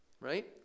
Right